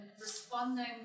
responding